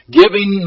giving